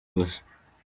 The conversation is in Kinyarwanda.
gusa